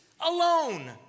alone